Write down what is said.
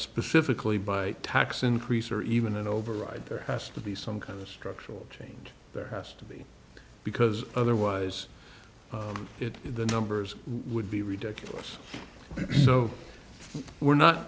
specifically by a tax increase or even an override there has to be some kind of structural change there has to be because otherwise it the numbers would be ridiculous so we're not